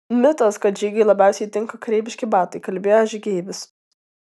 mitas kad žygiui labiausiai tinka kareiviški batai kalbėjo žygeivis